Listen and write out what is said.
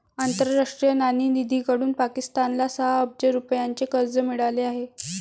आंतरराष्ट्रीय नाणेनिधीकडून पाकिस्तानला सहा अब्ज रुपयांचे कर्ज मिळाले आहे